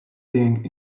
being